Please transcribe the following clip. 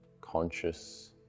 conscious